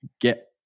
get